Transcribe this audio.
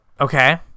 Okay